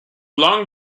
long